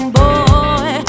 boy